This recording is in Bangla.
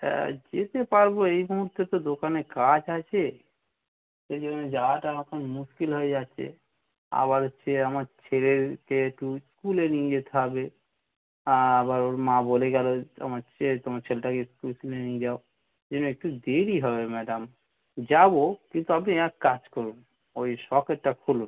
হ্যাঁ যেতে পারবো এই সমস্ত তো দোকানে কাজ আছে সেই জন্যে যাওয়াটা এখন মুশকিল হয়ে যাচ্ছে আবার ছেলে আমার ছেলেকে একটু স্কুলে নিয়ে যেতে হবে আবার ওর মা বলে গেল আমার ছেলে তোমার ছেলেটাকে একটু স্কুলে নিয়ে যাও এই জন্য একটু দেরি হবে ম্যাডাম যাবো কিন্তু আপনি এক কাজ করুন ওই সকেটটা খুলুন